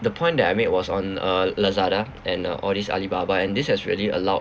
the point that I made was on uh Lazada and uh all these Alibaba and this has really allowed